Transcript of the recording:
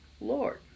Lord